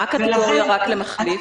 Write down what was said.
מה הקטגוריה למחליף?